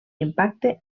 impacte